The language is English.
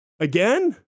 Again